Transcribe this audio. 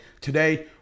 today